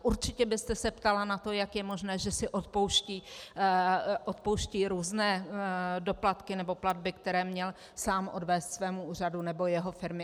Určitě byste se ptala na to, jak je možné, že si odpouští různé doplatky nebo platby, které měl sám odvést svému úřadu nebo jeho firmy.